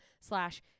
slash